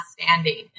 standing